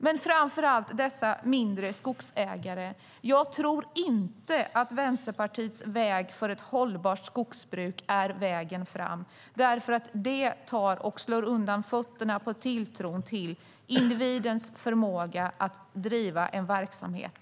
Men när det gäller de mindre skogsägarna tror jag inte att Vänsterpartiets väg för ett hållbart skogsbruk är vägen fram, därför att den slår undan fötterna för tilltron till individens förmåga att driva en verksamhet.